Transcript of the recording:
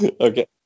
Okay